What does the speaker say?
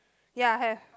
ya have